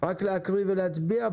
רק להקריא ולהצביע,